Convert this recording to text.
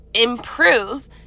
improve